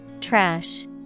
Trash